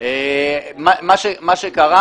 מה שקרה